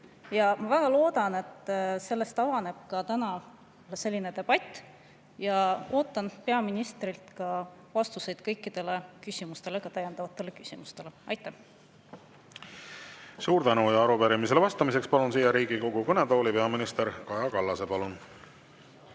Ma väga loodan, et sellest avaneb täna debatt, ja ootan peaministrilt vastuseid kõikidele küsimustele, ka täiendavatele küsimustele. Aitäh! Suur tänu! Arupärimisele vastamiseks palun siia Riigikogu kõnetooli peaminister Kaja Kallase. Palun!